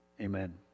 amen